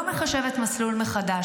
לא מחשבת מסלול מחדש.